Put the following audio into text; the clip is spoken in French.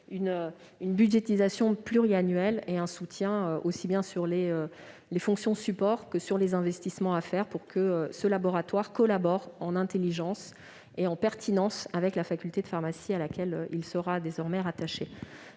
une budgétisation pluriannuelle et un soutien aussi bien aux fonctions support qu'aux investissements, pour que ce laboratoire collabore en intelligence et en pertinence avec la faculté de pharmacie à laquelle il sera désormais rattaché.